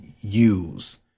use